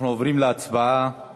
אנחנו עוברים להצבעה על